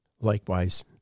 Likewise